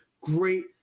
great